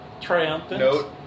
Triumphant